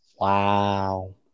Wow